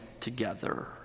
together